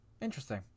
Interesting